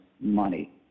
money